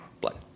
blood